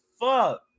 fuck